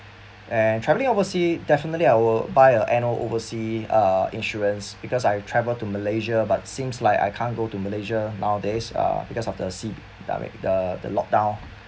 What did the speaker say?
and travelling oversea definitely I will buy a an an oversea uh insurance because I travel to malaysia but seems like I can't go to malaysia nowadays uh because of the C~ I mean the the lockdown